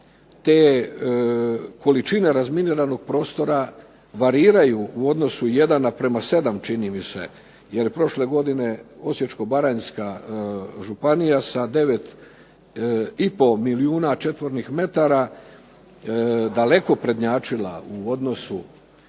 te količine razminiranog prostora variraju u odnosu jedan naprema 7 čini mi se, jer prošle godine Osječko-baranjska županija sa 9 i po milijuna četvornih metara daleko prednjačila u odnosu